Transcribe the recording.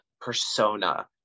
persona